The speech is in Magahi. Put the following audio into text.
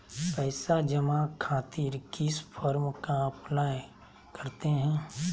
पैसा जमा खातिर किस फॉर्म का अप्लाई करते हैं?